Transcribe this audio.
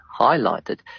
highlighted